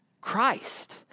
Christ